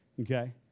Okay